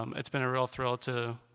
um it's been a real thrill to